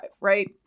right